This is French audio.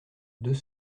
deux